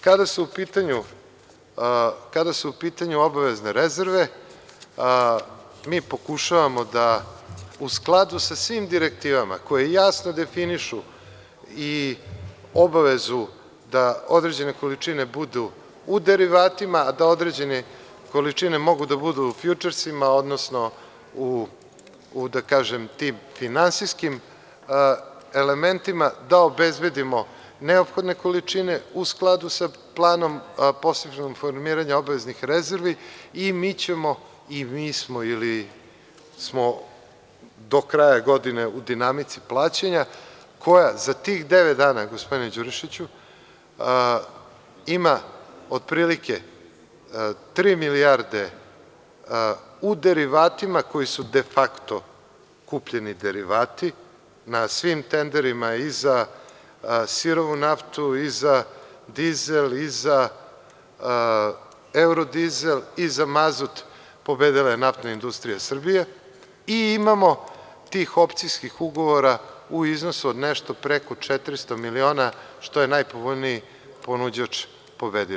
Kada su u pitanju obavezne rezerve, mi pokušavamo da u skladu sa svim direktivama koje jasno definišu i obavezu da određene količine budu u derivatima, a da određene količine mogu da budu u fjučersima, odnosno u tim finansijskim elementima, da obezbedimo neophodne količine u skladu sa planom … formiranja obaveznih rezervi i mi ćemo, i mi smo, ili smo do kraja godine u dinamici plaćanja koja za tih devet dana, gospodine Đurišiću, ima otprilike tri milijarde u derivatima koji su de fakto kupljeni derivati na svim tenderima i za sirovu naftu i za dizel i za evrodizel i za mazut, pobedila je NIS i imamo tih opcijskih ugovora u iznosu od nešto preko 400 miliona, što je najpovoljniji ponuđač pobedio.